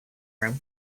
room